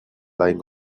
lying